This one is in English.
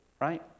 right